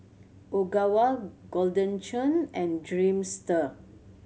Ogawa Golden Churn and Dreamster